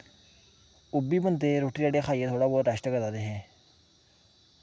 ओह् बी बंदे रुट्टी राट्टी खाइयै थोह्ड़ा बौह्त रैस्ट करा दे हे